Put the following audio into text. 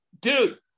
dude